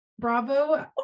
bravo